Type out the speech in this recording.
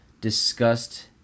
discussed